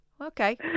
Okay